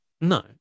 No